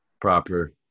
Proper